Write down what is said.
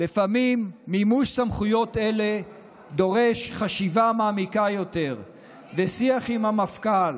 לפעמים מימוש סמכויות אלה דורש חשיבה מעמיקה יותר ושיח עם המפכ"ל